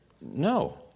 no